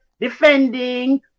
defending